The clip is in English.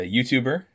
YouTuber